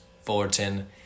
Fullerton